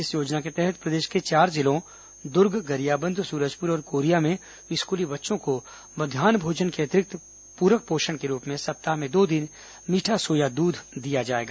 इस योजना के तहत प्रदेश के चार जिलों दुर्ग गरियाबंद सूरजपुर और कोरिया में स्कूली बच्चों को मध्यान्ह भोजन के अतिरिक्त पूरक पोषण के रूप में सप्ताह में दो दिन मीठा सोया दूध दिया जाएगा